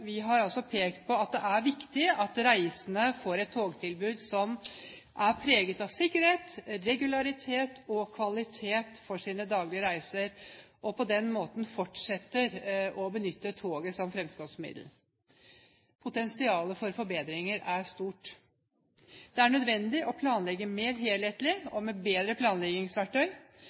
Vi har pekt på at det er viktig at reisende får et togtilbud som er preget av sikkerhet, regularitet og kvalitet for sine daglige reiser, og på den måten fortsetter å benytte toget som fremkomstmiddel. Potensialet for forbedringer er stort. Det er nødvendig å planlegge mer helhetlig og med bedre planleggingsverktøy.